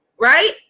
right